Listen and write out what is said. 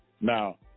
Now